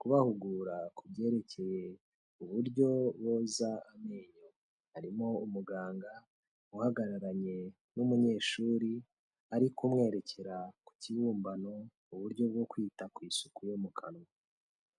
kubahugura ku byerekeye uburyo boza amenyo, harimo umuganga uhagararanye n'umunyeshuri ari kumwerekera ku kibumbano, uburyo bwo kwita ku isuku yo mu kanwa.